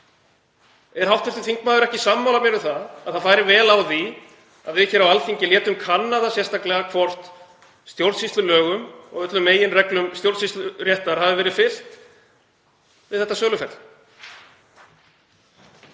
Er hv. þingmaður ekki sammála mér um að það færi vel á því að við hér á Alþingi létum kanna það sérstaklega hvort stjórnsýslulögum og öllum meginreglum stjórnsýsluréttar hafi verið fylgt við þetta söluferli?